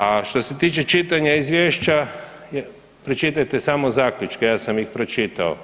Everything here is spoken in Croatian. A što se tiče čitanja izvješća, pročitajte samo zaključke ja sam ih pročitao.